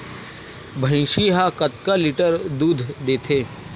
भंइसी हा कतका लीटर दूध देथे?